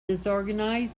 disorganized